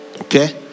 Okay